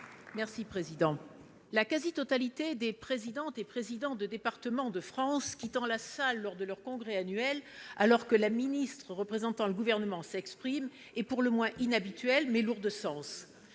Le fait que la quasi-totalité des présidentes et présidents des départements de France ait quitté la salle lors de leur congrès annuel, alors que la ministre représentant le Gouvernement s'exprimait, est pour le moins inhabituel et lourd de sens.